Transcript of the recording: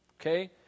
okay